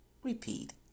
Repeat